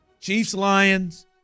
Chiefs-Lions